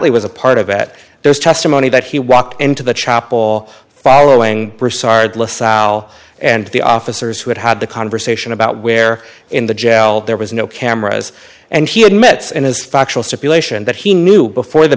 he was a part of it there's testimony that he walked into the chapel following broussard lasalle and the officers who had had the conversation about where in the jail there was no cameras and he admits in his factual stipulation that he knew before the